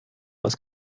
aus